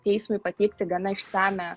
teismui pateikti gana išsamią